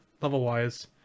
level-wise